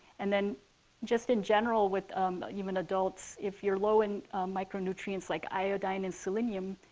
and then just in general, with even adults, if you're low in micronutrients like iodine and selenium,